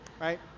right